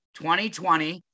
2020